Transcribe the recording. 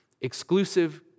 exclusive